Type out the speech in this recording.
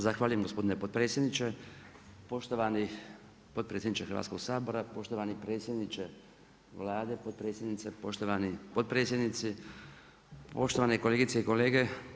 Zahvaljujem gospodine potpredsjedniče, poštovani potpredsjedniče Hrvatskoga sabora, poštovani predsjedniče Vlade, potpredsjednice, poštovani potpredsjednici, poštovane kolegice i kolege.